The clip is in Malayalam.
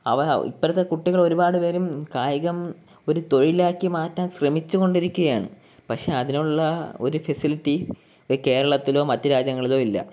ഇപ്പോഴത്തെ കുട്ടികളൊരുപാടുപേരും കായികം ഒരു തൊഴിലാക്കിമാറ്റാൻ ശ്രമിച്ചുകൊണ്ടിരിക്കയാണ് പക്ഷെ അതിനുള്ള ഒരു ഫെസിലിറ്റി കേരളത്തിലോ മറ്റ് രാജ്യങ്ങളിലോ ഇല്ല